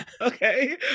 okay